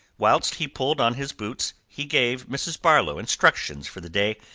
whilst he pulled on his boots, he gave mrs. barlow instructions for the day,